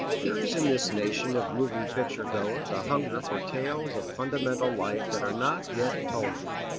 there is in this nation of moving-picture-goers a hunger for tales of fundamental life that are not yet told.